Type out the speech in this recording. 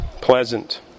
pleasant